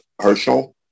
Herschel